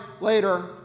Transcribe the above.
later